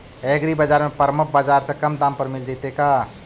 एग्रीबाजार में परमप बाजार से कम दाम पर मिल जैतै का?